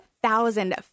thousand